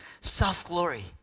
self-glory